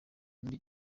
muri